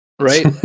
Right